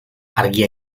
argia